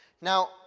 Now